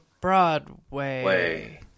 Broadway